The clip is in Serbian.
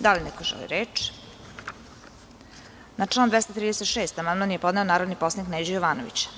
Da li neko želi reč? (Ne) Na član 236. amandman jepodneo narodni poslanik Neđo Jovanović.